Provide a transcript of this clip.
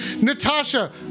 Natasha